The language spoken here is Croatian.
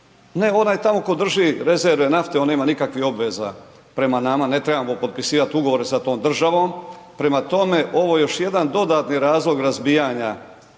ne onaj tamo tko drži rezerve nafte, on nema nikakvih obveza prema nama, ne trebamo potpisivati ugovore sa tom državom, prema tome, ovo je još jedan dodatni razlog razbijanja